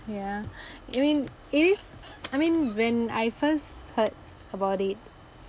ya I mean it is I mean when I first heard about it